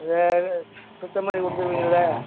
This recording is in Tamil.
இத சுத்தம் பண்ணி கொடுத்துடுவீங்கள்ல